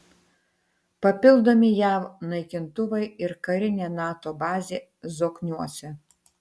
papildomi jav naikintuvai ir karinė nato bazė zokniuose